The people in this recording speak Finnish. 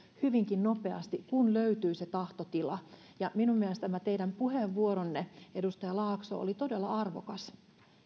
hyvinkin nopeasti kun löytyi se tahtotila ja minun mielestäni tämä teidän puheenvuoronne edustaja laakso oli todella arvokas